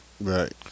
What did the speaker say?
right